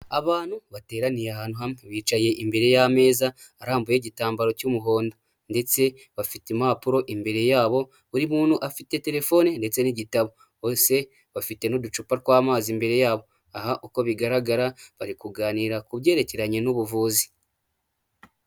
Abantu bateraniye ahantu hamwe, bicaye imbere y'ameza arambuye igitambaro cy'umuhondo ndetse bafite impapuro imbere yabo, buri muntu afite telefone ndetse n'igitabo, bose bafite n'uducupa tw'amazi imbere yabo aha uko bigaragara bari kuganira ku byerekeranye n'ubuvuzi.